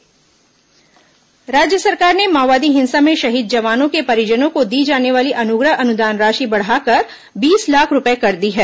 शहीद जवान अनुदान राज्य सरकार ने माओवादी हिंसा में शहीद जवानों के परिजनों को दी जाने वाली अनुग्रह अनुदान राशि बढ़ाकर बीस लाख रूपए कर दी है